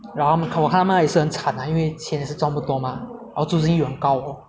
然后们我看他们也是很惨 ah 因为钱是赚的不多 mah 还有租金很高哦